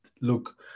look